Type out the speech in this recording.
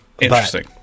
Interesting